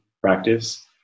practice